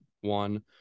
one